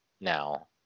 now